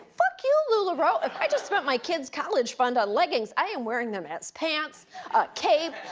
fuck you, ah lularoe. ah i just spent my kid's college fund on leggings. i am wearing them as pants, a cape,